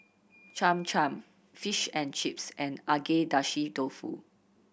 Cham Cham Fish and Chips and Agedashi Dofu